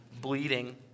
bleeding